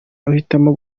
uhitamo